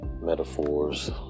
metaphors